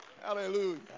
Hallelujah